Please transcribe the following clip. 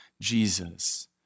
Jesus